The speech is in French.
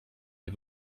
les